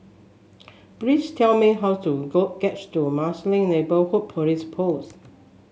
please tell me how to go gets to Marsiling Neighbourhood Police Post